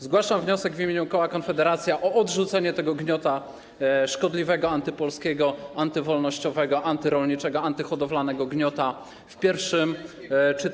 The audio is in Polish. Zgłaszam wniosek w imieniu koła Konfederacja o odrzucenie tego gniota, szkodliwego, antypolskiego, antywolnościowego, antyrolniczego, antyhodowlanego gniota w pierwszym czytaniu.